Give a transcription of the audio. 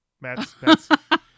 matt